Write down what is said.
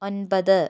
ഒൻപത്